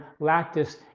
lactis